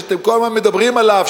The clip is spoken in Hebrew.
שאתם כל הזמן מדברים עליו,